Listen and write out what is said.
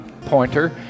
pointer